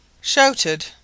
shouted